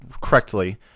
correctly